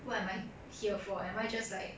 what am I here for am I just like